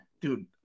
Dude